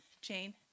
Jane